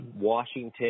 Washington